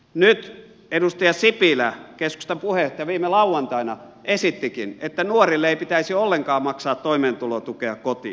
nyt edustaja sipilä keskustan puheenjohtaja viime lauantaina esittikin että nuorille ei pitäisi ollenkaan maksaa toimeentulotukea kotiin